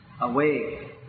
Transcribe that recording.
away